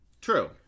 True